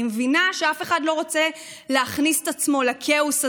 אני מבינה שאף אחד לא רוצה להכניס את עצמו לכאוס הזה,